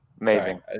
Amazing